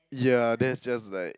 yeah that is just like